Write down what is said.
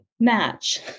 Match